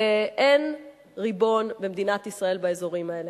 אין ריבון במדינת ישראל באזורים האלה.